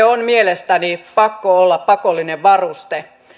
on mielestäni pakko olla pakollinen varuste